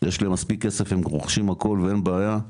יש להם מספיק כסף, הם רוכשים הכל ואין בעיה,